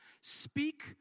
Speak